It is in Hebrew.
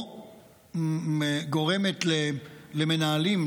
או גורמת למנהלים,